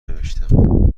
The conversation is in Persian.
نوشتم